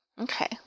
Okay